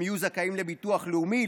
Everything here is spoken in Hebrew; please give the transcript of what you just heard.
הם יהיו זכאים לביטוח לאומי,